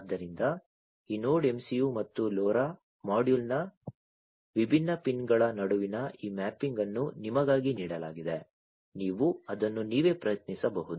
ಆದ್ದರಿಂದ ಈ node MCU ಮತ್ತು LoRa ಮಾಡ್ಯೂಲ್ನ ವಿಭಿನ್ನ ಪಿನ್ಗಳ ನಡುವಿನ ಈ ಮ್ಯಾಪಿಂಗ್ ಅನ್ನು ನಿಮಗಾಗಿ ನೀಡಲಾಗಿದೆ ನೀವು ಅದನ್ನು ನೀವೇ ಪ್ರಯತ್ನಿಸಬಹುದು